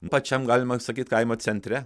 pačiam galima sakyt kaimo centre